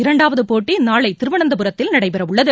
இரண்டாவதுபோட்டிநாளைதிருவனந்தபுரத்தில் நடைபெறவுள்ளது